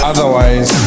Otherwise